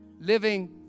living